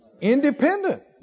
Independent